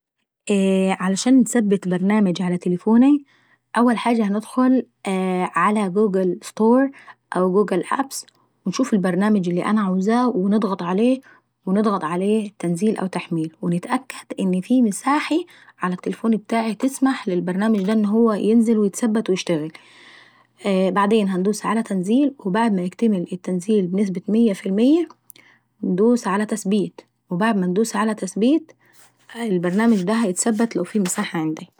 عشان انسجل برنامج على تليفوني اول حاجة لازم ندخل على جوجل ستوور أو جوجل ابس ونشوف البرنامج اللي انا عايزاه ونضغط عليه ونضغط عليه تنزيل او تحميل ونتاكد ان في مساحي على التليفون ابتاعي تسمح ان البرنامج دا ينزل ويثبت ويشتغل وبعدين هندوس على تنزيل وبعد ما يكتمل التنزيل بنسبة مية في المية هندوس على تثبيت. وبعد ما ندوس على تثبيت البرنامج دا هيتثبت لو في مساحة عينداي...